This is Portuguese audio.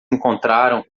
encontraram